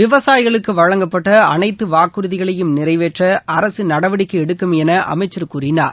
விவசாயிகளுக்கு வழங்கப்பட்ட அனைத்து வாக்குறுதிகளையும் நிறைவேற்ற அரசு நடவடிக்கை எடுக்கும் என அமைச்சர் கூறினார்